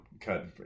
cut